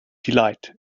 delight